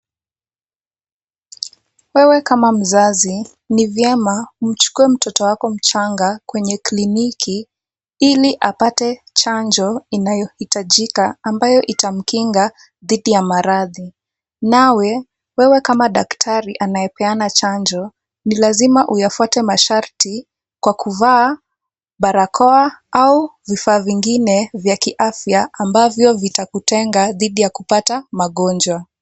Wewe kama mzazi, ni vyema umchukue mtoto wako mchanga kwenye kliniki ili apate chanjo inayohitajika, ambayo itamkinga dhidi ya maradhi. Nawe, wewe kama daktari anayepeana chanjo, ni lazima uyafuate masharti kwa kuvaa barakoa au vifaa vingine vya kiafya ambavyo vitakutenga dhidi ya kupata magonjwa.